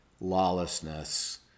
lawlessness